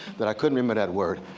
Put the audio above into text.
that i couldn't remember that word.